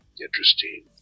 interesting